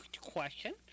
question